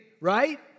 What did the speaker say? right